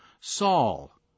Saul